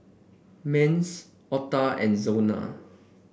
Mace Ota and Zona